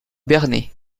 bernay